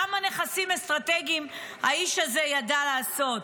כמה נכסים אסטרטגיים האיש הזה ידע לעשות,